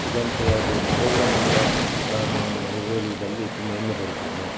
ಇದ್ದಂಥ ಯಾವುದು ಒಂದು ಪೊಗ್ರಾಮ್ ಅಂತ ನಾನು ಹೇಳುವುದಲ್ಲಿ ತುಂಬಾ ಹೆಮ್ಮೆ ಪಡುತ್ತೇನೆ